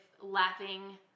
laughing